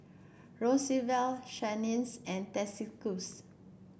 Roosevelt Shanice and Atticus